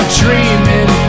dreaming